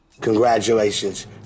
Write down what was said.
Congratulations